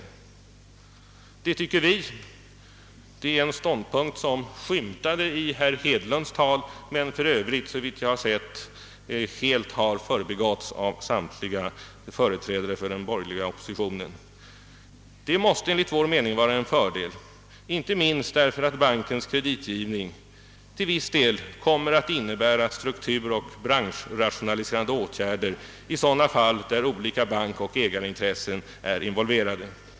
Det måste, tycker vi — och det är en ståndpunkt som skymtade fram även i herr Hedlunds anförande men som för övrigt, såvitt jag kunnat finna, förbigåtts av samtliga företrädare för den borgerliga oppositionen — vara en fördel, inte minst därför att bankens kreditgivning till viss del kommer att innebära strukturoch branschrationaliserande åtgärder i sådana fall där olika bankoch ägarintressen är involverade.